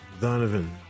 Donovan